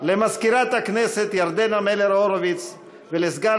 למזכירת הכנסת ירדנה מלר-הורוביץ ולסגן